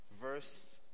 verse